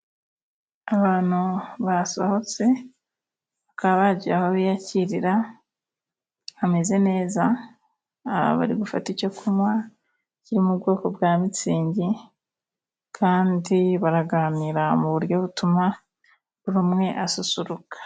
Abantu basohotse bakaba bagiye aho biyakirira hamezeze neza. Bari gufata icyo kunywa kiri mu bwoko bwa mitsingi, kandi baraganira mu buryo butuma buri umwe asusuruka.